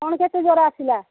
କ'ଣ କେତେ ଜ୍ୱର ଆସିଲା